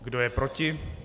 Kdo je proti?